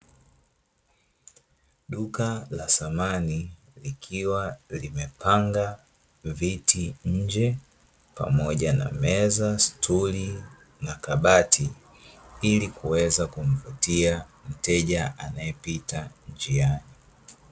Duka la samani likiwa limepanga viti nje pamoja na meza, stuli na kabati; ili kuweza kuvutia mteja anayepita njiani.